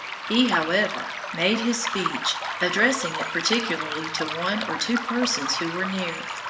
he, however, made his speech, addressing it particularly to one or two persons who were near,